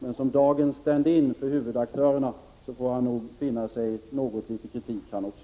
Men som dagens stand-in för huvudaktörerna får nog han också finna sig i något litet kritik.